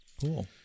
Cool